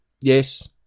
yes